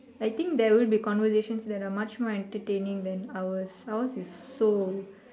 I think there will be conversations that are much more entertaining than ours ours is so